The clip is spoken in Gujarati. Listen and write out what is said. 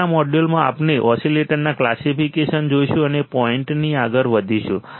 આગળના મોડ્યુલમાં આપણે ઓસીલેટરના ક્લાસિફિકેશન્સ જોઈશું અને તે પોઇન્ટથી આગળ વધીશું